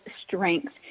strength